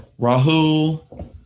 Rahul